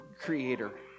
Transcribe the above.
creator